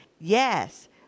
Yes